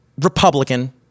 Republican